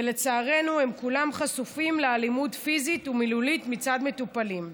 ולצערנו הם כולם חשופים לאלימות פיזית ומילולית מצד מטופלים.